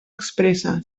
expressa